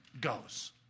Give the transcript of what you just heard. goes